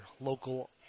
local